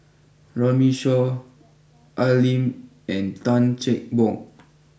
Runme Shaw Al Lim and Tan Cheng Bock